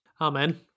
Amen